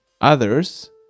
others